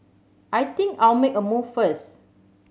I think I'll make a move first